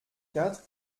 quatre